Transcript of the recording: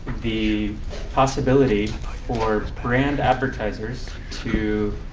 the possibility for brand advertisers to